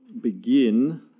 begin